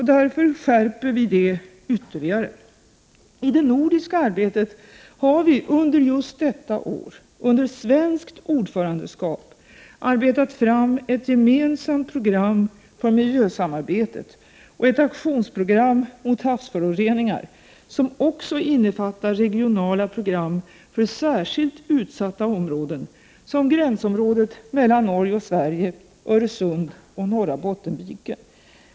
Därför skärper vi det arbetet ytterligare. I det nordiska arbetet har vi under just detta år, under svenskt ordförandeskap, arbetat fram ett gemensamt program för miljösamarbetet och ett aktionsprogram mot havsföroreningar, som också innefattar regionala program för särskilt utsatta områden såsom gränsområdet mellan Norge och Sverige, Öresund och norra Bottenviken.